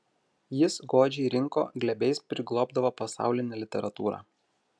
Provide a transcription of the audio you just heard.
jis godžiai rinko glėbiais priglobdavo pasaulinę literatūrą